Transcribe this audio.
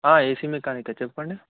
AC మెకానికే చెప్పండి